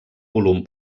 volum